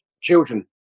children